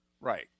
Right